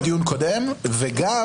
נרשמו, וגם